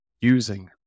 using